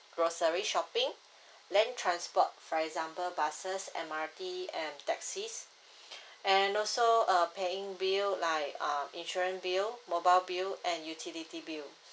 grocery shopping then transport for example buses M_R_T and taxis and also err paying bill like um insurance bill mobile bill and utility bill